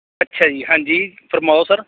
ਅੱਛਾ ਜੀ ਹਾਂਜੀ ਫਰਮਾਓ ਸਰ